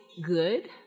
good